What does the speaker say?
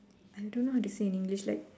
I don't know how to say in English like